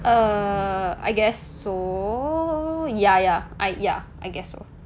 err I guess so ya ya I ya I guess so